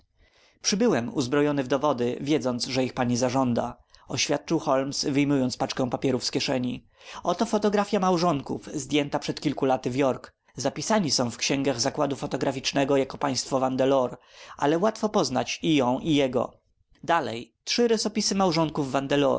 przybyłem uzbrojony w dowody wiedząc że ich pani zażąda oświadczył holmes wyjmując paczkę papierów z kieszeni oto fotografia małżonków zdjęta przed kilku laty w york zapisani są w księgach zakładu fotograficznego jako państwo vandelour ale łatwo poznać i ją i jego dalej trzy rysopisy małżonków